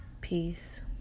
Peace